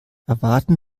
erwarten